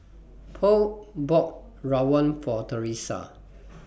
Polk bought Rawon For Teressa